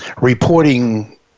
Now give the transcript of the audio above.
reporting